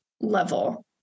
level